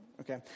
Okay